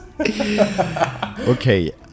Okay